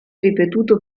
ripetuto